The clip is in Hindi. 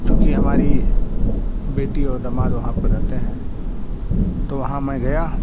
क्योंकि हमारी मरी बेटी और दमाद वहाँ पर रहते हैं तो वहाँ मैं गया